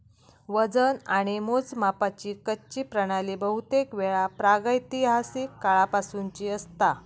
वजन आणि मोजमापाची कच्ची प्रणाली बहुतेकवेळा प्रागैतिहासिक काळापासूनची असता